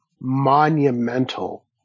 monumental